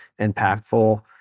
impactful